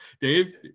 Dave